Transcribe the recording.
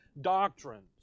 doctrines